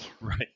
Right